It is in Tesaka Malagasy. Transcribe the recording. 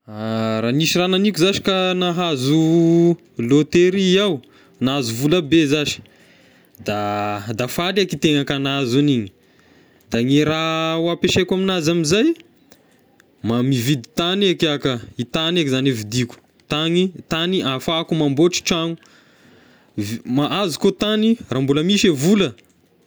Raha nisy raha naniko zashy ka nahazo loteria iaho, nahazo volabe zashy da da faly eky tegna ka nahazo an'igny, da ny raha ho ampiasaiko aminazy amizay ma- mividy tagny eky ah ka, e tagny eky zagny e vidiko, tagny tagny ahafahako mamboatry trano, vi- ma- azoko tagny raha mbola misy e vola,